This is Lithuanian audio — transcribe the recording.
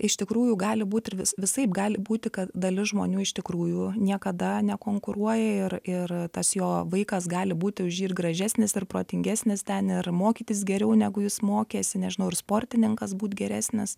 iš tikrųjų gali būt ir vis visaip gali būti kad dalis žmonių iš tikrųjų niekada nekonkuruoja ir ir tas jo vaikas gali būti už jį ir gražesnis ir protingesnis ten ir mokytis geriau negu jis mokėsi nežinau ir sportininkas būt geresnis